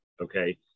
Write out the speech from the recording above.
okay